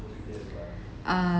err